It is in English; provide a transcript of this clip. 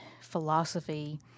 philosophy